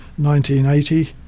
1980